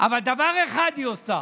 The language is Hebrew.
אבל דבר אחד היא עושה,